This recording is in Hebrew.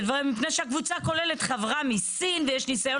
מפני שהקבוצה כוללת חברה מסין ויש ניסיון